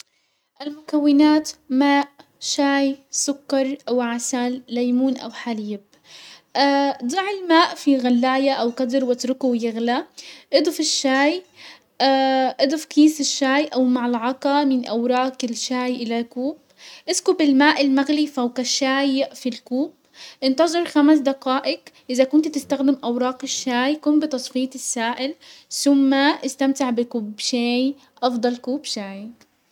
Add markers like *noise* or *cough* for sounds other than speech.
المكونات ماء، شاي، سكر، وعسل، ليمون، او حليب، *hesitation* ضع الماء في غلاية او قدر واتركه يغلى، اضف الشاي، *hesitation* اضف كيس الشاي او ملعقة من اوراق الشاي الي الكوب، اسكب الماء المغلي فوق الشاي في الكوب، انتزر خمس دقائق، ازا كنت تستخدم اوراق الشاي قم بتصفية السائل، سم استمتع بكوب شاي، افضل كوب شاي.